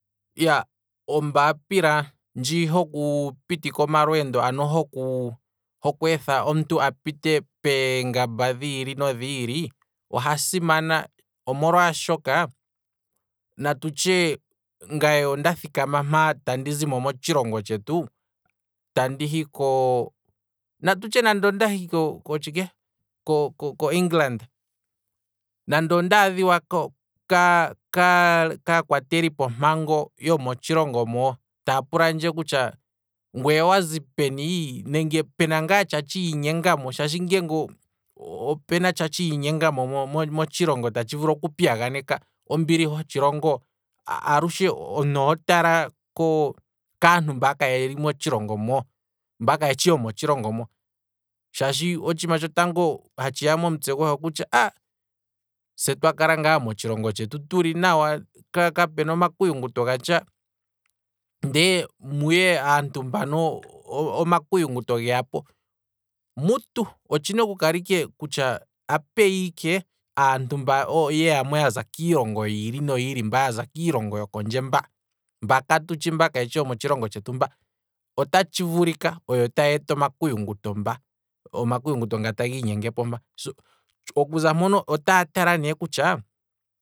Iyaaa, ombaapila ndji hoku pitika omalweendo, ano ho kweetha omuntu apite peengamba dhiili nodhiili, oha simana, omolwaashoka natutye ngaye onda thikama mpaa tandi zimo motshilongo tshetu ta ndihi ko, natutye nande ondahi kotshike, ko- ko england, nande ondaa dhiwa kaa- kaa- kaa kwatelipo mpango yomo tshilongo moo, taa pula kutya ngweye owazi peni, nenge pena ngaa tsha tshiinye ngamo shaashi ngeenge opun tsha tshiinyengamo motshilongo tatshi vulu oku piyaganeka ombili hotshilongo omuntu oho tala kaantu mba kayeli motshilongo moo, mba kayeshi yomo tshilongo mo, shaashi otshiima tshotango hatshiya momutse gohe kutya ahh, se twakala ngaa motshilongo tshetu tuli nawa kapuna omakuyunguto gatsha, ndee muye aantu mbano, omakuyunguto geyapo, mutu otshina okukala apeya ike aantu mba yeya mo yaza kiilongo yiili no yiili mba yaza kiilongo yopondje mba, mba katutshi mba kayeshi yomotshilongo tshetu mba, otatshi vulika oyo ta yeeta omakuyunguto, omakuyunguto nga ta giinyengepo ngaa, okuza mpono otaa tala ne kutya